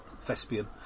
thespian